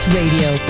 radio